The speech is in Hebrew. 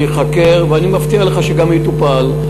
ואני מבטיח לך שגם יטופל.